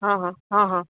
હં હં